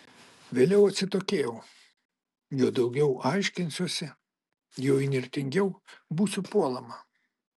vėliau atsitokėjau juo daugiau aiškinsiuosi juo įnirtingiau būsiu puolama